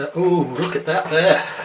ah ooh look at that there.